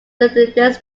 methodists